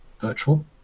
virtual